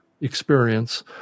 experience